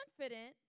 confident